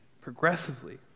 Progressively